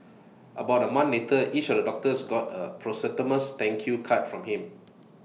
about A month later each of the doctors got A posthumous thank you card from him